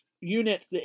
units